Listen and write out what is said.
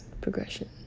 progression